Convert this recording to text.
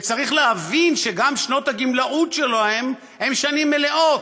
וצריך להבין שגם שנות הגמלאות שלהם הן שנים מלאות,